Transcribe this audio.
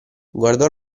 guardò